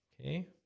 Okay